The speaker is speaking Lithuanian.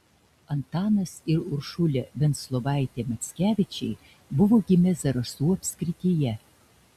antanas ir uršulė venclovaitė mackevičiai buvo gimę zarasų apskrityje